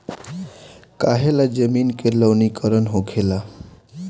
काहें ला जमीन के लवणीकरण होखेला